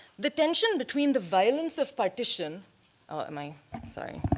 the tension between the violence of partition ah am i sorry.